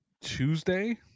Tuesday